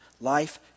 Life